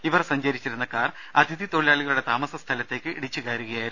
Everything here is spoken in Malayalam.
ഇവർ സഞ്ചരിച്ചിരുന്ന കാർ അതിഥി തൊഴിലാളികളുടെ താമസ സ്ഥലത്തേക്ക് ഇടിച്ചു കയറുകയായിരുന്നു